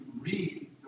read